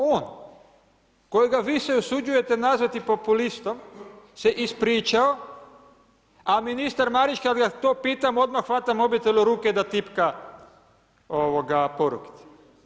On, kojega vi se usuđujete nazvati populistom se ispričao, a ministar Marić kad ga to pitam odmah hvata mobitel u ruke da tipka porukice.